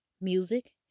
music